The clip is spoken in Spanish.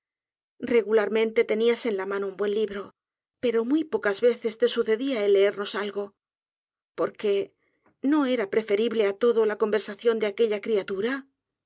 regularmente tenias en la mano un buen libro pero muy pocas veces te sucedia el leernos algo porque no era preferible á todo la conversación de aquella criatura